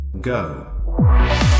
go